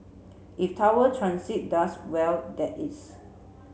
if Tower Transit does well that is